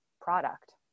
product